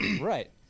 Right